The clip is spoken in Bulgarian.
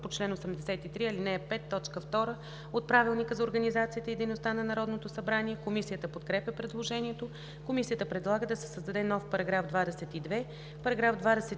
от Правилника за организацията и дейността на Народното събрание. Комисията подкрепя предложението. Комисията предлага да се създаде нов § 22: „§ 22.